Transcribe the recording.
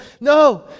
No